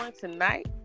tonight